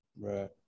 Right